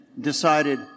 decided